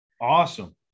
Awesome